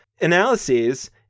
analyses